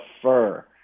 prefer